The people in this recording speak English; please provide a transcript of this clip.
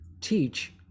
teach